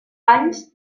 anys